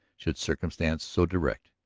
should circumstance so direct,